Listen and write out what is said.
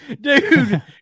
Dude